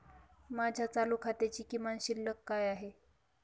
माझ्या चालू खात्याची किमान शिल्लक काय आहे?